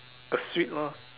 a sweet lah